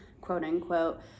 quote-unquote